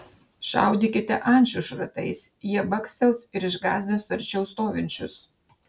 šaudykite ančių šratais jie bakstels ir išgąsdins arčiau stovinčius